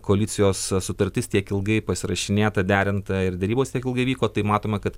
koalicijos sutartis tiek ilgai pasirašinėta derinta ir derybos tiek ilgai vyko tai matome kad